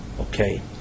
Okay